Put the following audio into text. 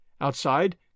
Outside